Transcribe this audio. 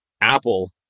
Apple